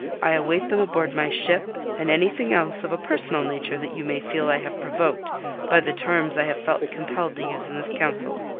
i await them aboard my ship and anything else, of a personal nature, that you may feel i have provoked by the terms i have felt compelled to use in this council.